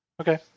Okay